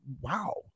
wow